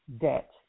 debt